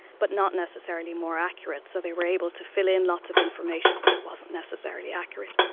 but not necessarily more accurate. so they were able to fill in lots of information but it wasn't necessarily accurate.